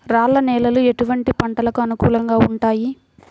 రాళ్ల నేలలు ఎటువంటి పంటలకు అనుకూలంగా ఉంటాయి?